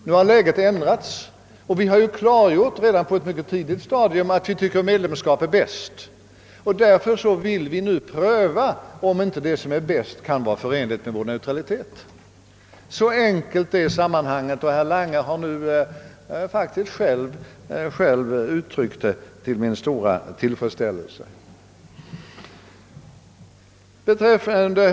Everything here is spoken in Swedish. Nu har läget ändrats. Vi har också redan på ett tidigt stadium klargjort att vi tycker att medlemskap är den bästa formen för anslutning. Därför vill vi nu pröva om inte det som är bäst kan vara förenligt med vår neutralitet. Så enkelt är sammanhanget, och även herr Lange har nu faktiskt själv till min stora tillfredsställelse givit uttryck för det.